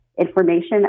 information